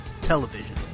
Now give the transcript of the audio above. Television